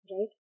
Right